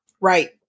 Right